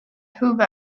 hoover